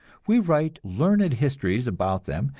we write learned histories about them,